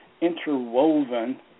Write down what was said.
interwoven